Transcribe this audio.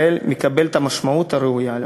מקבל את המשמעות הראויה לו.